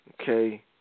Okay